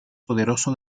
poderoso